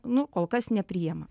nu kol kas nepriima